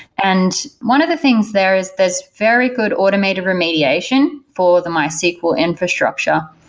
and one of the things there is there's very good automated remediation for the mysql infrastructure.